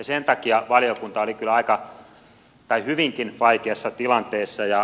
sen takia valiokunta oli kyllä hyvinkin vaikeassa tilanteessa